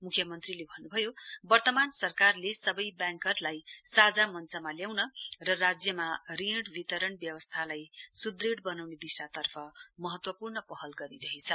मुख्यमन्त्रीले भन्नभयो वर्तमान सरकारले सवै व्याङ्करलाई साझा मञ्चमा ल्याउन र राज्यमा ऋण वितरण व्यवस्थालाई सुदृढ़ वनाउने दिशातर्फ महत्वपूर्ण पहल गरिरहेछ